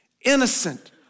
innocent